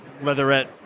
leatherette